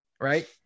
right